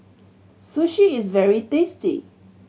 sushi is very tasty